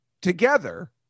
together